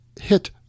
hit